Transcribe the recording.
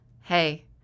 hey